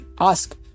Ask